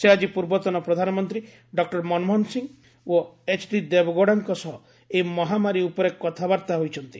ସେ ଆଜି ପୂର୍ବତନ ପ୍ରଧାନମନ୍ତ୍ରୀ ଡକ୍ଟର ମନମୋହନ ସିଂହ ଓ ଏଚ୍ଡି ଦେବେଗୌଡ଼ାଙ୍କ ସହ ଏହି ମହାମାରୀ ଉପରେ କଥାବାର୍ତ୍ତା ହୋଇଛନ୍ତି